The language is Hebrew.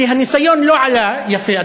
כי הניסיון לא עלה יפה,